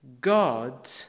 God